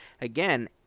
Again